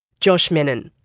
josh mennen.